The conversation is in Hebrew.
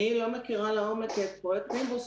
אני לא מכירה לעומק את פרויקט נימבוס.